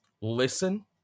listen